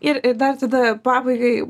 ir dar tada pabaigai